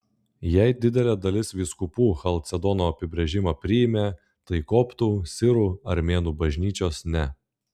jei didelė dalis vyskupų chalcedono apibrėžimą priėmė tai koptų sirų armėnų bažnyčios ne